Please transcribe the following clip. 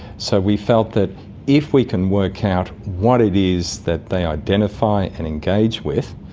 so we felt that if we can work out what it is that they identify and engage with,